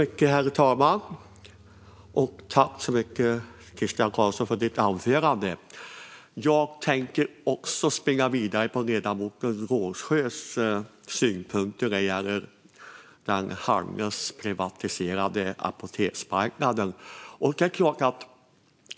Herr talman! Tack så mycket, Christian Carlsson, för anförandet! Jag tänker också spinna vidare på ledamoten Rågsjös synpunkter när det gäller den halvvägs privatiserade apoteksmarknaden.